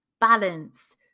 balance